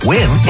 Win